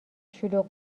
شلوغ